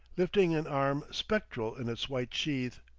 lifting an arm spectral in its white sheath.